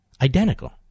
identical